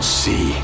see